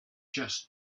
just